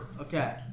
okay